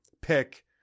pick